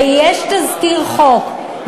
ויש תזכיר חוק,